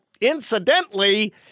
Incidentally